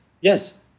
yes